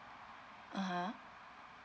(uh huh)